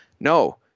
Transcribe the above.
No